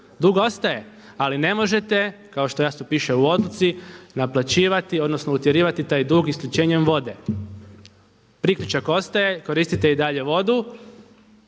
dug ostaje ali ne možete kao što jasno piše u odluci naplaćivati odnosno utjerivati taj dug isključenjem vode. Priključak ostaje, koristite i dalje vodu,